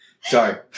Sorry